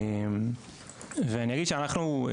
ואני אגיד שאנחנו,